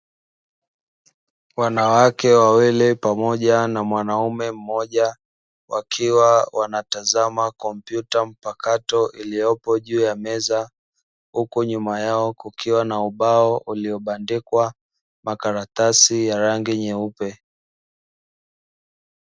Wanawake wawili pamoja na mwanaume mmoja wakiwa wanatazama kompyuta mpakato iliyopo juu ya meza, huko nyuma yao kukiwa na ubao uliobandikwa makaratasi ya rangi nyeupe.